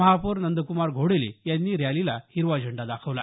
महापौर नंद्कुमार घोडेले यांनी रॅलीला हिरवा झेंडा दाखवला